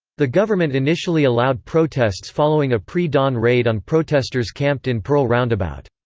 the government initially allowed protests following a pre-dawn raid on protesters camped in pearl roundabout.